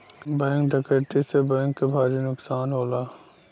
bank डकैती से bank के भारी नुकसान होला